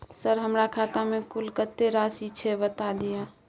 Sir हमरा खाता में कुल कत्ते राशि छै बता दिय?